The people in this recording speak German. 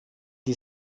die